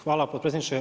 Hvala potpredsjedniče.